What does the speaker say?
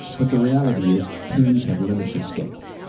but the reality is, teams have limits of scale.